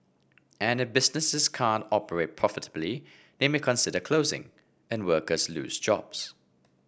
and if businesses can't operate profitably they may consider closing and workers lose jobs